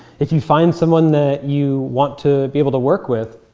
if you find someone that you want to be able to work with,